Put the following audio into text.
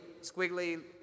squiggly